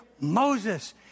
Moses